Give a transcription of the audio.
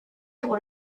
pour